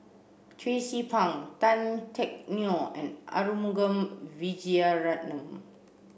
Tracie Pang Tan Teck Neo and Arumugam Vijiaratnam